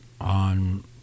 on